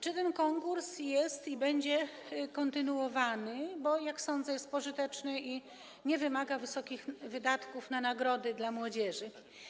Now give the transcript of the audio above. Czy ten konkurs jest i będzie kontynuowany, bo, jak sądzę, jest on pożyteczny i nie wymaga wysokich wydatków na nagrody dla młodzieży?